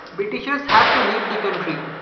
britishers had to leave the country.